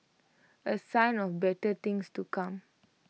A sign of better things to come